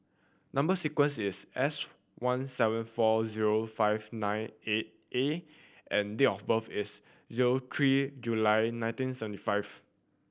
number sequence is S one seven four zero five nine eight A and date of birth is zero three July nineteen seventy five